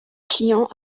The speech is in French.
clients